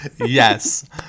Yes